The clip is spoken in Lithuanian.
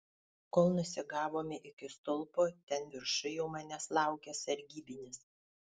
kol nusigavome iki stulpo ten viršuj jau manęs laukė sargybinis